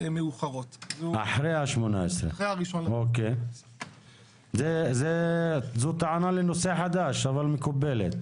מאוחרות אחרי 2018. זאת טענה לנושא חדש אבל מקובלת.